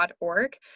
org